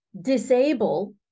disable